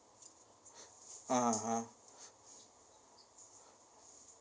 ah ha ha